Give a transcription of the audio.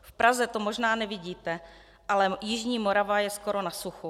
V Praze to možná nevidíte, ale jižní Morava je skoro na suchu.